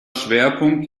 schwerpunkt